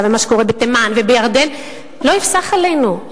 ומה שקורה בתימן ובירדן לא יפסח עלינו.